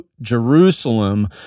Jerusalem